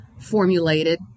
formulated